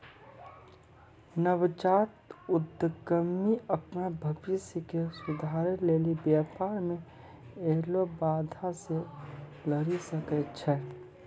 नवजात उद्यमि अपन भविष्य के सुधारै लेली व्यापार मे ऐलो बाधा से लरी सकै छै